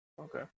okay